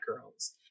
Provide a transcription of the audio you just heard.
girls